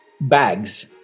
bags